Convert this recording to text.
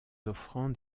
offrandes